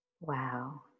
wow